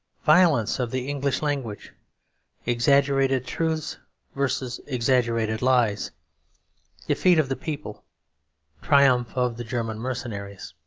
violence of the english language exaggerated truths versus exaggerated lies defeat of the people triumph of the german mercenaries.